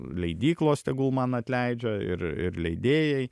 leidyklos tegul man atleidžia ir ir leidėjai